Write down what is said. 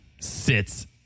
sits